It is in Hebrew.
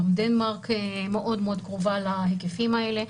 גם דנמרק מאוד מאוד קרובה להיקפים האלה.